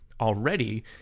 already